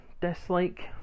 dislike